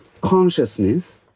consciousness